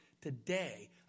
today